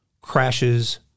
crashes